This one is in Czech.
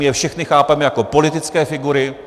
My je všechny chápeme jako politické figury.